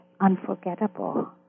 unforgettable